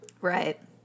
Right